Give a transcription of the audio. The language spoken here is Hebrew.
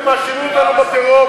הם מאשימים אותנו בטרור,